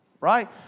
right